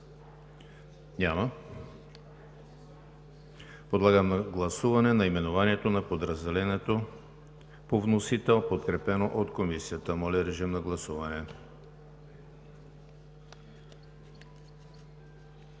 Няма. Подлагам на гласуване наименованието на подразделението по вносител, подкрепено от Комисията. Гласували